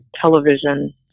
television